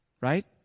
right